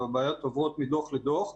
הבעיות עוברות מדוח לדוח,